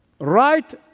Right